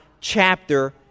chapter